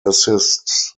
assists